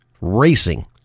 racing